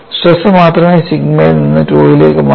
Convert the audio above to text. stress മാത്രമേ സിഗ്മയിൽ നിന്ന് tau ലേക്ക് മാറ്റൂ